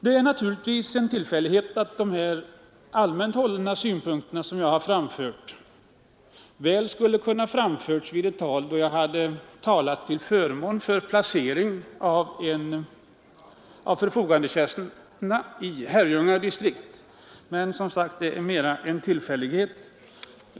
Det är naturligtvis en tillfällighet att mina allmänt hållna synpunkter väl sammanfaller med vad som skulle ha kunnat sägas till förmån för placering av en förfogandetjänst i Herrljunga distrikt. Herr talman!